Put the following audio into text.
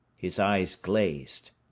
his eyes glazed,